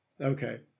Okay